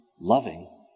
loving